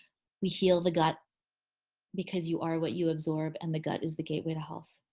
we heal the gut because you are what you absorb and the gut is the gateway to health.